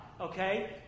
okay